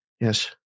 Yes